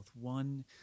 One